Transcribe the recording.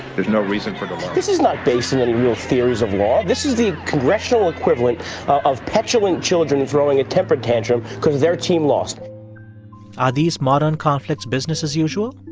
there's no reason for delay this is not based in any real theories of law. this is the congressional equivalent of petulant children throwing a temper tantrum because their team lost are these modern conflicts business as usual?